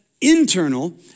internal